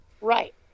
Right